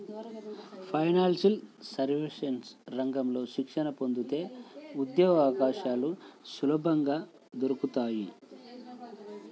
financial services రంగంలో శిక్షణ పొందితే ఉద్యోగవకాశాలు సులభంగా దొరుకుతాయి